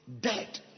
dead